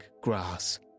grass